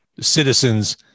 citizens